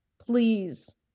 Please